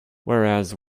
whereas